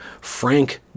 Frank